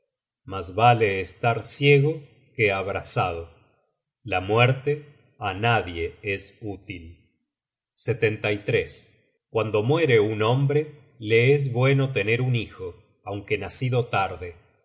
mas vale estar ciego que abrasado la muerte á nadie es útil guando muere un hombre le es buenotener un hijo aunque nacido tarde